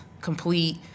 complete